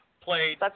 played